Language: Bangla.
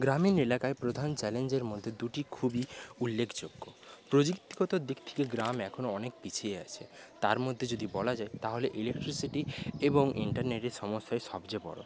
গ্রামীণ এলাকায় প্রধান চ্যালেঞ্জের মধ্যে দুটি খুবই উল্লেখযোগ্য প্রযুক্তিগত দিক থেকে গ্রাম এখনও অনেক পিছিয়ে আছে তার মধ্যে যদি বলা যায় তাহলে ইলেকট্রিসিটি এবং ইন্টারনেটের সমস্যাই সবচেয়ে বড়ো